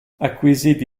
acquisiti